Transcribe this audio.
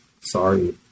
sorry